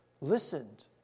listened